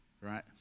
right